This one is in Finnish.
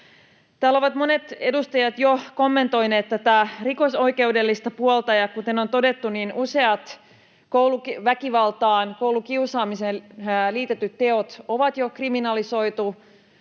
Täällä ovat monet edustajat jo kommentoineet tätä rikosoikeudellista puolta, ja kuten on todettu, niin useat kouluväkivaltaan, koulukiusaamiseen liitetyt teot on jo kriminalisoitu.